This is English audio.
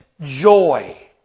joy